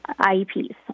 IEPs